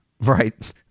Right